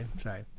Sorry